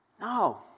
No